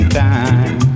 time